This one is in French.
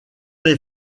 les